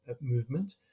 movement